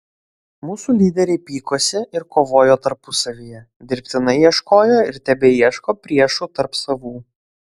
mūsų lyderiai pykosi ir kovojo tarpusavyje dirbtinai ieškojo ir tebeieško priešų tarp savų